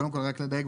קודם כל רק לדייק,